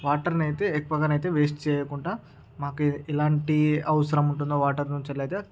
water నైతే ఎక్కువగానైతే waste చేయకుంటా మాకే ఇలాంటి అవసరం ఉంటుందో వాటర్ నుంచలయితే